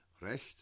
recht